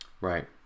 Right